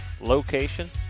location